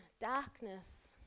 darkness